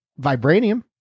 vibranium